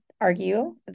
argue